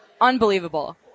unbelievable